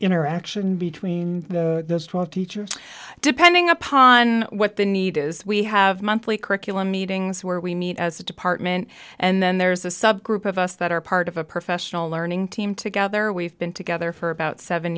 interaction between those twelve teachers depending upon what the need is we have monthly curriculum meetings where we meet as a department and then there's a subgroup of us that are part of a professional learning team together we've been together for about seven